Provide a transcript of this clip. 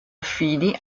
affini